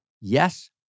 Yes